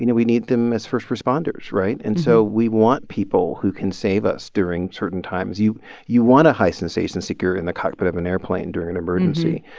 you know we need them as first responders, right? and so we want people who can save us during certain times. you you want a high sensation seeker in the cockpit of an airplane during an emergency.